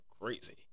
crazy